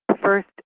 first